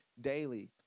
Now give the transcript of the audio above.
daily